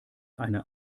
eine